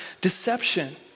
deception